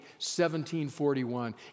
1741